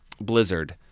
Blizzard